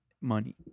money